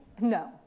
No